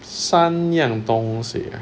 三样东西啊